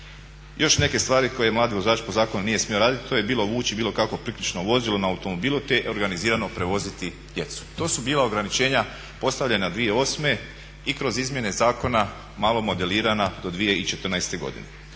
Još neke stvari koje mladi vozač po zakonu nije smio raditi a to je bilo vuči bilo kakvo priključno vozilo na automobilu te organizirano prevoziti djecu. To su bila ograničenja postavljena 2008. i kroz izmjene zakona malo modelirana do 2014. godine.